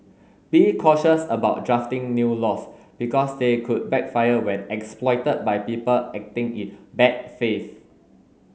be cautious about drafting new laws because they could backfire when exploited by people acting in bad faith